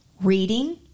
Reading